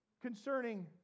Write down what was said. concerning